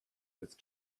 with